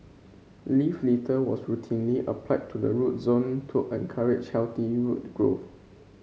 leaf litter was routinely applied to the root zone to encourage healthy root growth